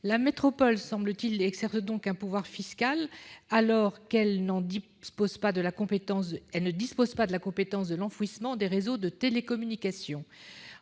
fixés. Elle exerce donc un pouvoir fiscal, alors qu'elle ne dispose pas de la compétence de l'enfouissement des réseaux de télécommunications.